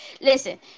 Listen